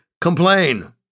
complain